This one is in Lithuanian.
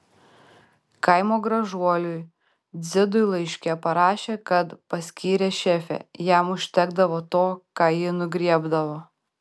kaimo gražuoliui dzidui laiške parašė kad paskyrė šefe jam užtekdavo to ką ji nugriebdavo